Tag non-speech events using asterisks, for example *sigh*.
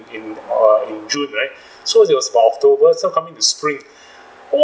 in uh in june right *breath* so it was about october so coming to spring oh